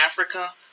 Africa